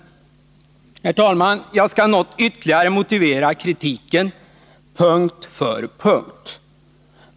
Fru talman! Jag skall något ytterligare motivera kritiken punkt för punkt.